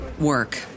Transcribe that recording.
work